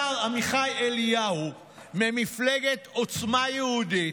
השר עמיחי אליהו ממפלגת עוצמה יהודית,